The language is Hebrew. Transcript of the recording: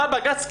בא בג"ץ,